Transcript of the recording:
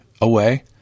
away